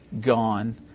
gone